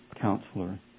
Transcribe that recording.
Counselor